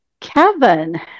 Kevin